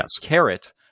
carrot